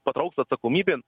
patrauks atsakomybėn